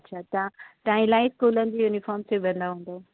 अछा तव्हां तव्हां इलाही स्कूलनि जूं यूनिफ़ॉर्म सुबंदा हूंदव